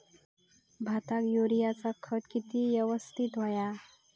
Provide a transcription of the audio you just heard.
भाताक युरियाचा खत किती यवस्तित हव्या?